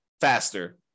faster